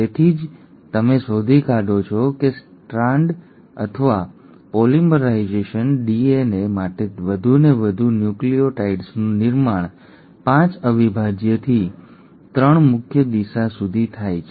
તેથી જ તમે શોધી કાઢો છો કે સ્ટ્રાન્ડ અથવા પોલિમરાઇઝેશન ડીએનએ માટે વધુને વધુ ન્યુક્લિઓટાઇડ્સનું નિર્માણ 5 અવિભાજ્યથી 3 મુખ્ય દિશા સુધી થાય છે